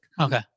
Okay